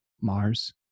Mars